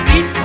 eat